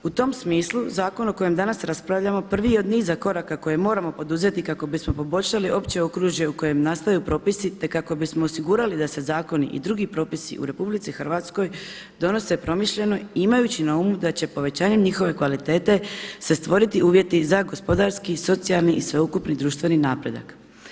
U tom smislu zakon o kojem danas raspravljamo prvi je od niza koraka koje moramo poduzeti kako bismo poboljšali opće okružje u kojem nastaju propisi, te kako bismo osigurali da se zakoni i drugi propisi u RH donose promišljeno imajući na umu da će povećanjem njihove kvalitete se stvoriti uvjeti za gospodarski, socijalni i sveukupni društveni napredak.